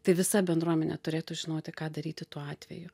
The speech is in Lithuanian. tai visa bendruomenė turėtų žinoti ką daryti tuo atveju